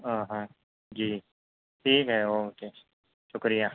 ہاں ہاں جی ٹھیک ہے اوکے شکریہ